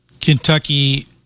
Kentucky